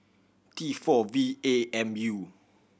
T four V A M U